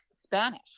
Spanish